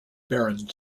baron